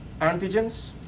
antigens